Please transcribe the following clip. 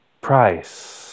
price